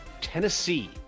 Tennessee